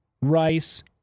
rice